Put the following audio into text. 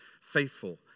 faithful